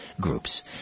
groups